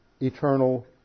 eternal